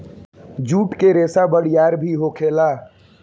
जुट के रेसा बरियार भी होखेला